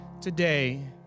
today